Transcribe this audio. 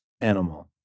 animal